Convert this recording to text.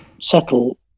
settle